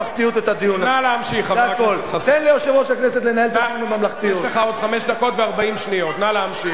אדוני יושב-ראש הכנסת, אדוני יושב-ראש הכנסת,